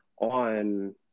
on